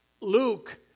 Luke